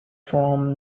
from